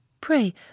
Pray